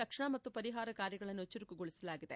ರಕ್ಷಣಾ ಮತ್ತು ಪರಿಹಾರ ಕಾರ್ನಗಳನ್ನು ಚುರುಕುಗೊಳಿಸಲಾಗಿದೆ